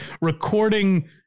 recording